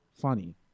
funny